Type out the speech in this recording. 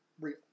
real